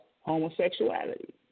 homosexuality